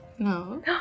No